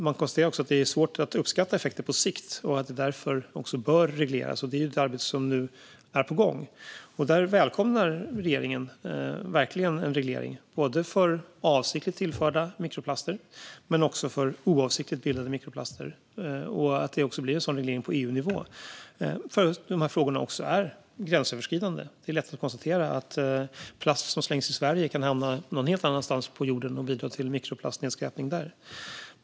Man konstaterar också att det är svårt att uppskatta effekten på sikt och att det därför bör regleras. Detta arbete är nu på gång, och regeringen välkomnar verkligen en reglering på EU-nivå för både avsiktligt tillförda och oavsiktligt bildade mikroplaster. Problemet är ju gränsöverskridande. Det är lätt att konstatera att plast som slängs i Sverige kan hamna någon helt annanstans på jorden och bidra till mikroplastnedskräpning där.